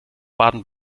baden